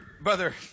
Brother